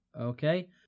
Okay